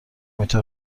اینطور